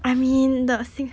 I mean the sing~